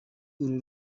uru